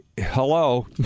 Hello